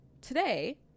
today